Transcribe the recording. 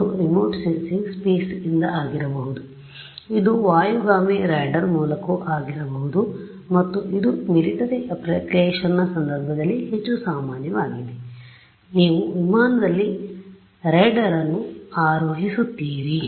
ಮತ್ತು ಈ remote sensing space ಯಿಂದ ಆಗಿರಬಹುದು ಇದು ವಾಯುಗಾಮಿ ರಾಡಾರ್ ಮೂಲಕವೂ ಆಗಿರಬಹುದು ಮತ್ತು ಇದು ಮಿಲಿಟರಿ ಅಪ್ಲಿಕೇಶನ್ನ ಸಂದರ್ಭದಲ್ಲಿ ಹೆಚ್ಚು ಸಾಮಾನ್ಯವಾಗಿದೆ ನೀವು ವಿಮಾನದಲ್ಲಿ ರೇಡಾರ್ ಅನ್ನು ಆರೋಹಿಸುತ್ತೀರಿ